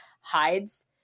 hides